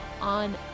on